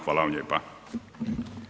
Hvala vam lijepa.